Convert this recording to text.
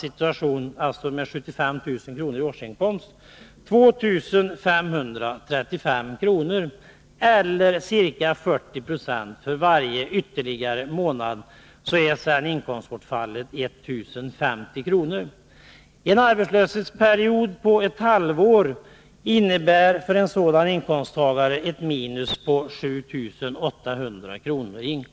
i årsinkomst, den första arbetslösa månaden förlorar 2 535 kr. eller ca 40 96. För varje ytterligare månad är sedan inkomstbortfallet 1050 kr. En arbetslöshetsperiod på ett halvår innebär för en sådan inkomsttagare ett minus i inkomsten på 7 800 kr.